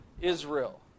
Israel